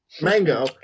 mango